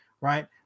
right